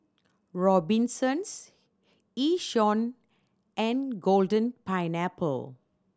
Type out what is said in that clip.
Robinsons Yishion and Golden Pineapple